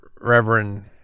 Reverend